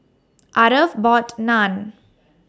Aarav bought Naan